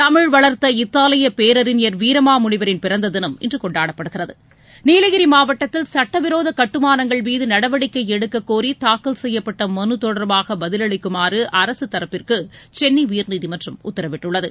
தமிழ் வளர்த்த இத்தாலிய பேரறிஞர் வீரமாமுனிவரின் பிறந்த தினம் இன்று கொண்டாடப்படுகிறது நீலகிரி மாவட்டத்தில் சுட்ட விரோத கட்டுமானங்கள் மீது நடவடிக்கை எடுக்கக்கோரி தாக்கல் செய்யப்பட்ட மனு தொடர்பாக பதிலளிக்குமாறு அரசு தரப்பிற்கு சென்னை உயர்நீதிமன்றம் உத்தரவிட்டுள்ளது